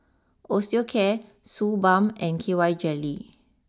Osteocare Suu Balm and K Y Jelly